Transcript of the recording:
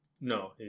No